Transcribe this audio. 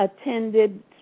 attended